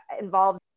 involved